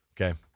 Okay